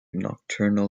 nocturnal